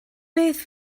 beth